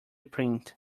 print